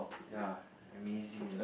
ya amazing eh